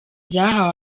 zahawe